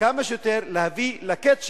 כמה שיותר לקץ שלה,